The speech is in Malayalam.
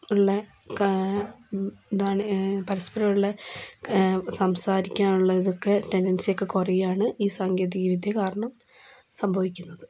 ഉള്ള ഇതാണ് പരസ്പരമുള്ള സംസാരിക്കാനുള്ള ഇതൊക്കെ ടെൻ്റന്സിയൊക്കെ കുറയുകയാണ് ഈ സാങ്കേതിക വിദ്യ കാരണം സംഭവിക്കുന്നത്